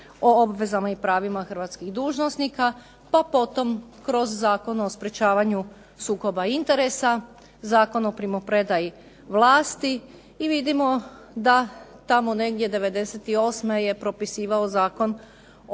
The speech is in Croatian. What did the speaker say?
o obvezama i pravima hrvatskih dužnosnika, pa potom kroz Zakon o sprečavanju sukoba interesa, Zakon o primopredaji vlasti. I vidimo da tamo negdje '98. je propisivao Zakon